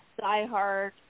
diehard